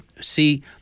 see